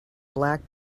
black